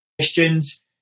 Questions